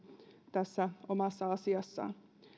tässä omassa asiassaan